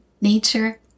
nature